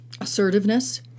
assertiveness